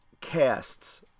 casts